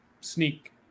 sneak